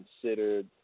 considered